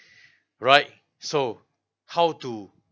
right so how to